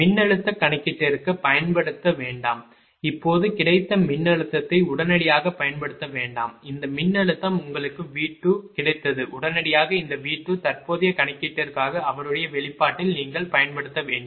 மின்னழுத்தக் கணக்கீட்டிற்குப் பயன்படுத்த வேண்டாம் இப்போது கிடைத்த மின்னழுத்தத்தை உடனடியாகப் பயன்படுத்த வேண்டாம் இந்த மின்னழுத்தம் உங்களுக்கு V2 கிடைத்தது உடனடியாக இந்த V2 தற்போதைய கணக்கீட்டிற்காக அவருடைய வெளிப்பாட்டில் நீங்கள் பயன்படுத்த வேண்டும்